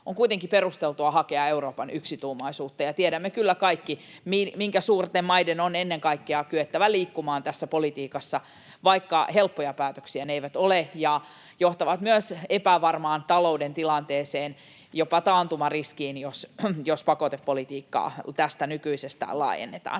on kuitenkin perusteltua hakea Euroopan yksituumaisuutta. Tiedämme kyllä kaikki, minkä suurten maiden on ennen kaikkea kyettävä liikkumaan tässä politiikassa, vaikka helppoja päätöksiä ne eivät ole ja johtavat myös epävarmaan talouden tilanteeseen, jopa taantumariskiin, jos pakotepolitiikkaa tästä nykyisestä laajennetaan.